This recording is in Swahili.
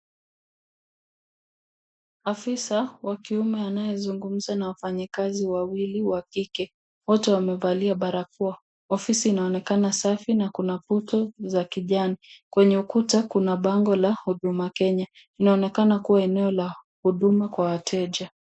Afisa wa kiume anayezungumza na wafanyikazi wawili wa kike. Wote wamevalia barakoa. Ofisi inaonekana safi na kuna kutu za kijani kwenye ukuta kuna bango la huduma Kenya linaonekana kuwa eneo la huduma kwa wateja.